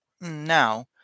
Now